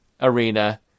arena